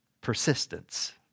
persistence